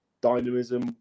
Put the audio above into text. dynamism